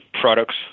products